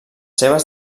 seves